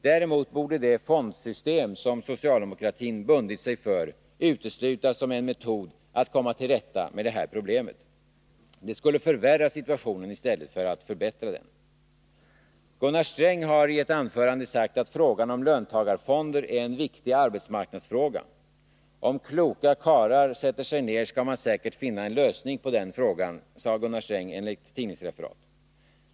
Däremot borde det fondsystem som socialdemokratin har bundit sig för uteslutas som en metod att komma till rätta med detta problem. Det skulle förvärra situationen i stället för att förbättra den. Gunnar Sträng har i ett anförande sagt att frågan om löntagarfonder är en viktig arbetsmarknadsfråga. Om kloka karlar sätter sig ner skall man säkert finna en lösning på den frågan, sade Gunnar Sträng enligt tidningsreferat.